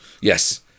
Yes